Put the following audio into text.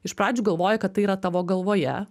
iš pradžių galvoji kad tai yra tavo galvoje